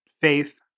Faith